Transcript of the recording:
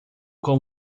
com